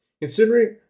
Considering